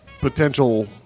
potential